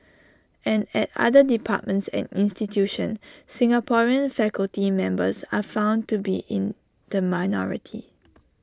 and at other departments and institutions Singaporean faculty members are found to be in the minority